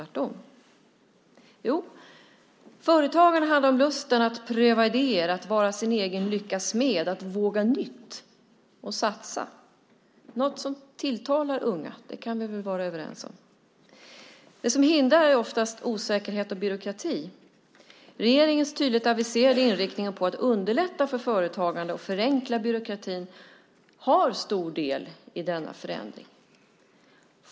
Jo, för företagarna handlar det om lusten att pröva idéer, att vara sin egen lyckas smed och att våga nytt och satsa. Att det är något som tilltalar unga kan vi väl vara överens om? Det som hindrar är oftast osäkerhet och byråkrati. Regeringens tydligt aviserade inriktning på att underlätta för företagande och förenkla byråkratin har stor del i denna förändring.